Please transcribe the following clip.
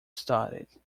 started